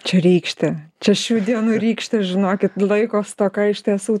čia rykštė čia šių dienų rykštė žinokit laiko stoka iš tiesų